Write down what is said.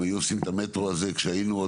היו עושים את המטרו הזה כשהיינו עוד,